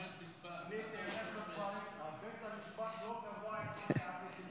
בית המשפט לא קבע את מה, אנחנו לא